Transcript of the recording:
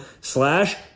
slash